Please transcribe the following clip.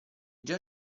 già